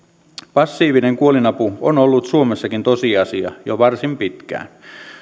passiivinen kuolinapu on ollut suomessakin tosiasia jo varsin pitkään